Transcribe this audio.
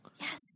Yes